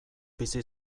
bizi